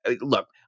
look